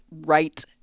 right